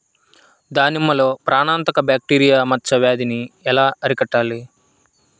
దానిమ్మలో ప్రాణాంతక బ్యాక్టీరియా మచ్చ వ్యాధినీ ఎలా అరికట్టాలి?